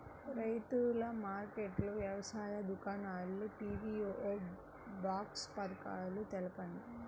రైతుల మార్కెట్లు, వ్యవసాయ దుకాణాలు, పీ.వీ.ఓ బాక్స్ పథకాలు తెలుపండి?